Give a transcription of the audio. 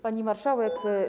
Pani Marszałek!